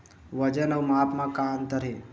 वजन अउ माप म का अंतर हे?